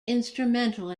instrumental